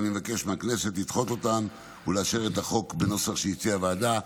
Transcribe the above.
ואני מבקש מהכנסת לדחות אותן ולאשר את החוק בנוסח שהציעה הוועדה.